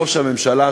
ראש הממשלה,